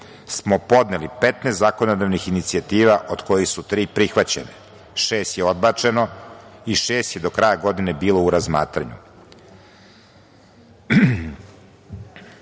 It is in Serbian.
smo podneli 15 zakonodavnih inicijativa od kojih su tri prihvaćene, šest je odbačeno i šest je do kraja godine bilo u razmatranju. Sa